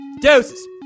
Doses